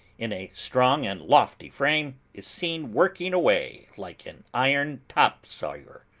in a strong and lofty frame, is seen working away like an iron top sawyer.